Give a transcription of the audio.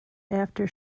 after